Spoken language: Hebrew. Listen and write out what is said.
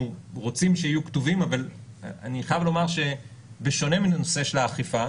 רוצים שיהיו כתובים אבל אני חייב לומר שבשונה מן הנושא של האכיפה,